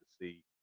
see